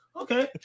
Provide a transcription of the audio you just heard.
okay